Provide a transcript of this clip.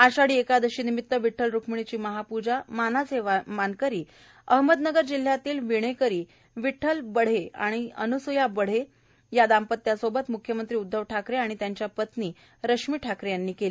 आषाढी एकादशी निमित विठ्ठल रुक्मिणीची महापूजा मानाचे वारकरी अहमदनगर जिल्ह्यातील वीणेकरी विठठल बढे आणि अनुसया बढे या दाम्पत्यासोबत मुख्यमंत्री उदधव ठाकरे आणि त्यांच्या पत्नी रश्मी ठाकरे यांनी केली